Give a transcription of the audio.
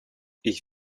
ich